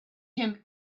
him